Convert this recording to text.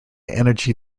energy